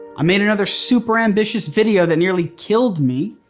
i made another super ambitious video that nearly killed me